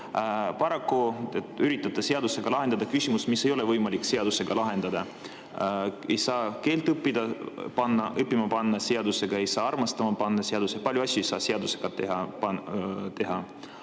te üritate seadusega lahendada küsimust, mida ei ole võimalik seadusega lahendada. Ei saa keelt õppima panna seadusega, ei saa armastama panna seadusega – palju asju ei saa seadusega teha.